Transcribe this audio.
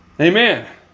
Amen